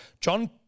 John